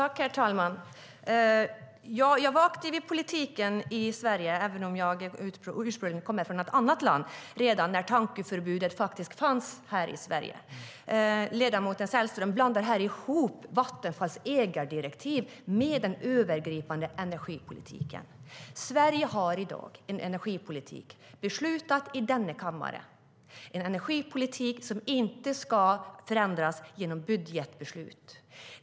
Herr talman! Jag var aktiv i politiken i Sverige, även om jag ursprungligen kommer från ett annat land, redan när tankeförbudet faktiskt fanns i Sverige. Ledamoten Sällström blandar här ihop Vattenfalls ägardirektiv med den övergripande energipolitiken. Sverige har i dag en energipolitik beslutad i denna kammare, en energipolitik som inte ska ändras genom budgetbeslut.